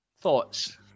thoughts